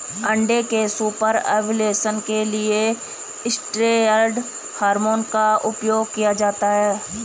अंडे के super ovulation के लिए स्टेरॉयड हार्मोन का उपयोग किया जाता है